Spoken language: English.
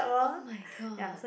oh-my-god